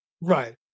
right